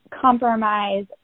compromise